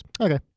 Okay